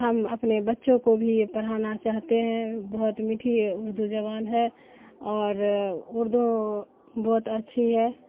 ہم اپنے بچوں کو بھی یہ پڑھانا چاہتے ہیں بہت میٹھی اردو زبان ہے اور اردو بہت اچھی ہے